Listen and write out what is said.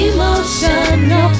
Emotional